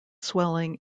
swelling